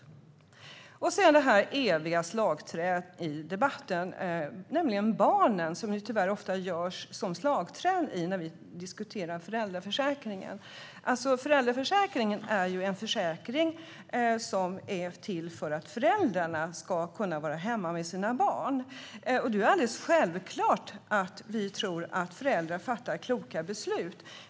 Sedan till det här eviga slagträet i debatten, nämligen barnen: Tyvärr görs barnen ofta till slagträn när vi diskuterar föräldraförsäkringen. Föräldraförsäkringen är till för att föräldrarna ska kunna vara hemma med sina barn. Det är alldeles självklart att vi tror att föräldrar fattar kloka beslut.